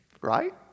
right